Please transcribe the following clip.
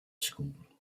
school